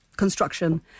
Construction